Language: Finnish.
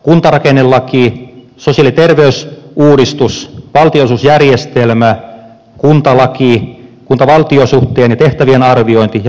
kuntarakennelaki sosiaali ja terveysuudistus valtionosuusjärjestelmä kuntalaki kuntavaltio suhteen ja tehtävien arviointi ja metropolihallinto